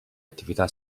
attività